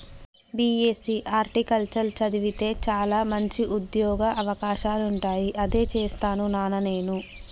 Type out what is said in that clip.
BSc horticulture చదివితే చాల మంచి ఉంద్యోగ అవకాశాలుంటాయి అదే చేస్తాను నానా నేను